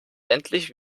endlich